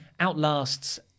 outlasts